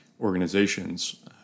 organizations